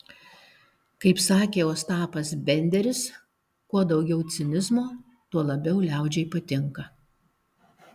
kaip sakė ostapas benderis kuo daugiau cinizmo tuo labiau liaudžiai patinka